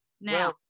Now